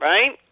Right